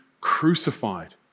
crucified